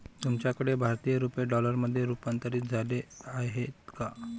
तुमच्याकडे भारतीय रुपये डॉलरमध्ये रूपांतरित झाले आहेत का?